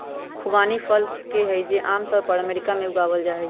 खुबानी एक फल हई, जो आम तौर पर अमेरिका में उगावल जाहई